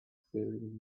faring